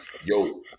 yo